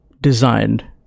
designed